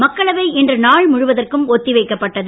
மக்களவை இன்று நாள் முழுவதற்கும் ஒத்திவைக்கப் பட்டது